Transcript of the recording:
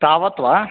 तावत् वा